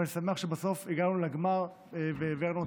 אבל אני שמח שבסוף הגענו לגמר והעברנו את